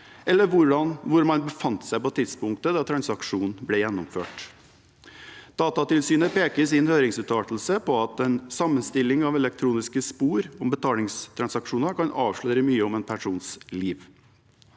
eller hvor man befant seg på tidspunktet da transaksjonen ble gjennomført. Datatilsynet peker i sin høringsuttalelse på at en sammenstilling av elektroniske spor om betalingstransaksjoner kan avsløre mye om en persons liv.